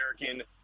American